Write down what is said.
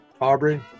Aubrey